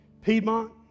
Piedmont